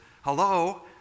hello